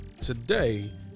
Today